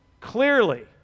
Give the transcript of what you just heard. Clearly